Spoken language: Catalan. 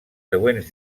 següents